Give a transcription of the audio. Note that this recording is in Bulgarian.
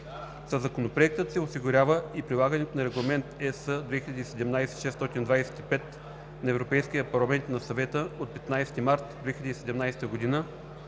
Със Законопроекта се осигурява и прилагането на Регламент (ЕС) 2017/625 на Европейския парламент и на Съвета от 15 март 2017 г.